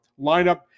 lineup